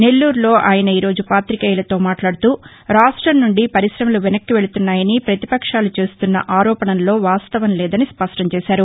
నెల్లూరులో ఆయన ఈ రోజు పాతికేయులతో మాట్లాడుతూ రాష్టం నుండి పరిశమలు వెనక్కి వెళుతున్నాయని పతిపక్షాలు చేస్తున్న ఆరోపణల్లో వాస్తవం లేదని స్పష్టం చేశారు